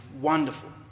wonderful